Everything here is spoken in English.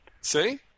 See